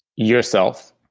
yourself